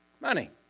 Money